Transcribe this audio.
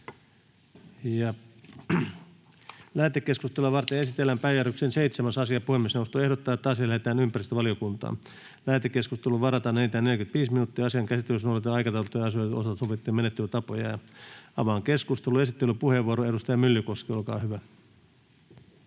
Lähetekeskustelua varten esitellään päiväjärjestyksen 7. asia. Puhemiesneuvosto ehdottaa, että asia lähetetään ympäristövaliokuntaan. Lähetekeskusteluun varataan enintään 45 minuuttia. Asian käsittelyssä noudatetaan aikataulutettujen asioiden osalta sovittuja menettelytapoja. — Avaan keskustelun. Esittelypuheenvuoro, edustaja Myllykoski, olkaa hyvä.